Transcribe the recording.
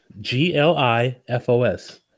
G-L-I-F-O-S